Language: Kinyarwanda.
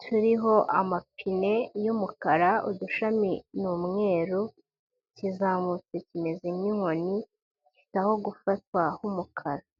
turiho amapine y'umukara, udushami ni mweru, kizamutse kimeze nk'inkoni, aho gufatwa nk'umukara.